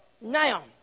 now